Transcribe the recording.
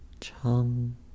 Chum